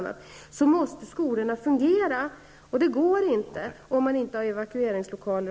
Det går inte om man inte har evakueringslokaler.